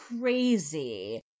crazy